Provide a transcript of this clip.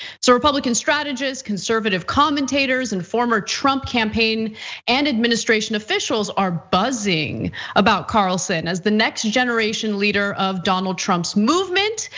so republican strategist, conservative commentators and former trump campaign and administration officials are buzzing about carlson as the next generation leader of donald trump's movement.